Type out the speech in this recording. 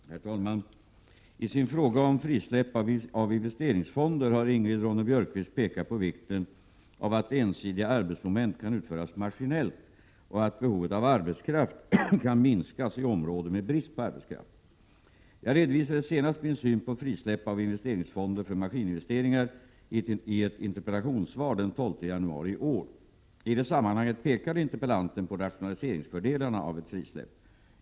Herr talman! I sin fråga om frisläpp av investeringfonder har Ingrid Ronne-Björkqvist pekat på vikten av att ensidiga arbetsmoment kan utföras maskinellt och att behovet av arbetskraft kan minskas i områden med brist på arbetskraft. Jag redovisade senast min syn på frisläpp av investeringsfonder för maskininvesteringar i ett interpellationssvar den 12 januari i år. I det sammanhanget pekade interpellanten på rationaliseringsfördelarna av ett frisläpp.